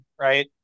right